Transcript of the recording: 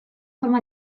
forma